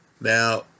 Now